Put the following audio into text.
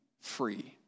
free